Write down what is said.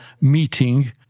meeting